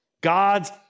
God's